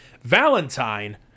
Valentine